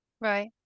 Right